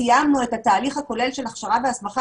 סיימנו את התהליך הכולל של הכשרה והסמכה